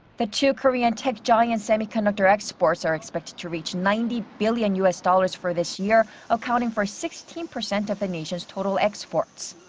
the two korean tech giants' semiconductor exports are expected to reach ninety billion u s. dollars for this year, accounting for sixteen percent of the nation's total exports.